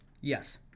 Yes